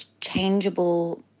changeable